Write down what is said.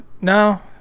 no